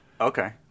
Okay